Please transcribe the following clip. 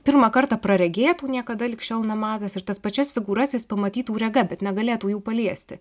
pirmą kartą praregėtų niekada lig šiol nematęs ir tas pačias figūras jis pamatytų rega bet negalėtų jų paliesti